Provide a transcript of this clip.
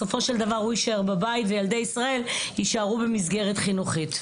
בסופו של דבר הוא יישאר בבית וילדי ישראל יישארו במסגרת חינוכית.